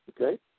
Okay